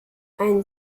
ein